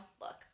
look